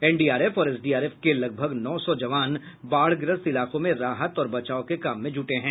NDRF और SDRF के लगभग नौ सौ जवान बाढ़ग्रस्त इलाकों में राहत और बचाव के काम में जुटे हैं